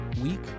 week